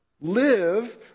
live